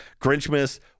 Grinchmas